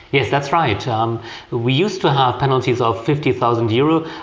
yes, that's right. ah um we used to have penalties of fifty thousand euros.